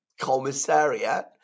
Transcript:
commissariat